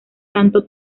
santo